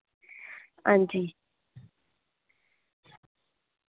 हांजी